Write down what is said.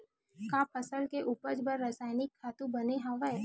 का फसल के उपज बर रासायनिक खातु बने हवय?